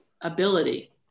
ability